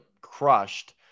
crushed